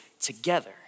together